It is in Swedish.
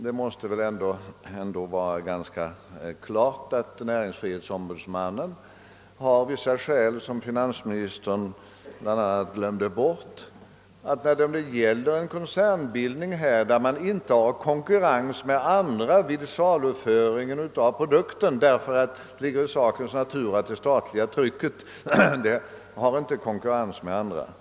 Det måste väl ändå stå klart att .-näringsfrihetsombudsmannen för sitt handlande har skäl som finansministern glömde bort. Det gäller ju här en koncernbildning på ett område där man inte har konkurrens med andra vid saluföringen av produkten. Det ligger i sakens natur att det statliga trycket inte har konkurrens med andra varor.